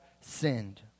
sinned